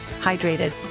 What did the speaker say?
hydrated